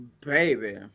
baby